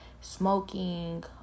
smoking